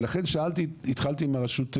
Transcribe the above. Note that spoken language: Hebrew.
ולכן התחלתי עם הרשות הדיגיטלית.